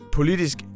politisk